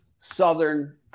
Southern